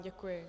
Děkuji.